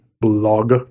blog